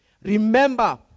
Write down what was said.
Remember